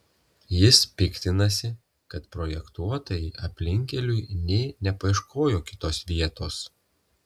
jis piktinasi kad projektuotojai aplinkkeliui nė nepaieškojo kitos vietos